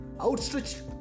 outstretched